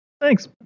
Thanks